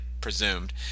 presumed